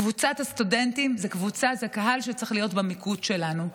קבוצת הסטודנטים זו הקהל שצריך להיות במיקוד שלנו.